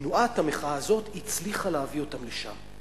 תנועת המחאה הזאת הצליחה להביא אותם לשם.